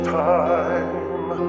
time